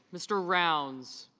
mr. rounds